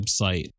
website